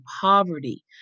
poverty